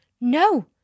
no